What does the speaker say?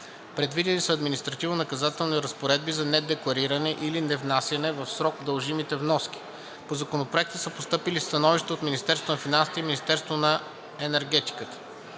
Предвидени са административно-наказателни разпоредби за недеклариране или невнасяне в срок на дължимите вноски. По Законопроекта са постъпили становища от Министерството